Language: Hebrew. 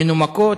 מנומקות,